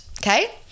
Okay